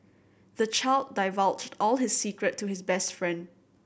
the child divulged all his secret to his best friend